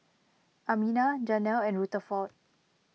Amina Janell and Rutherford